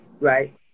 right